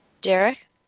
Derek